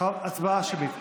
הצבעה שמית.